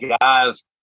guys